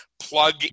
plug